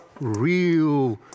real